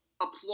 applaud